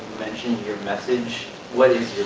mention your message what is